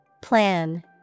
Plan